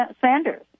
Sanders